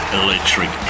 electric